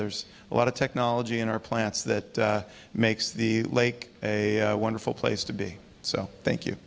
there's a lot of technology in our plants that makes the lake a wonderful place to be so thank you